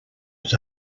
was